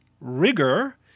rigor